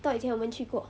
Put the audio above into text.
thought 以前我们去过